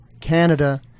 Canada